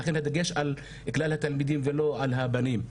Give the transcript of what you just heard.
לכן הדגש על כלל התלמידים ולא על הבנים.